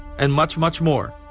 and much, much more,